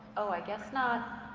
oh, i guess not.